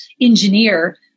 engineer